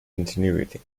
ingenuity